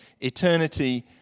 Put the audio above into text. eternity